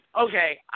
okay